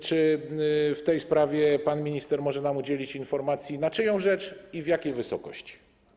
Czy w tej sprawie pan minister może nam udzielić informacji, na czyją rzecz i w jakiej wysokości?